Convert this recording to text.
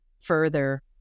further